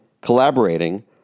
collaborating